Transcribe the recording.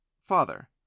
Father